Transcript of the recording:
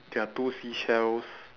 there are two seashells